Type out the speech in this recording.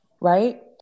right